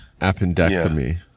Appendectomy